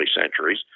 centuries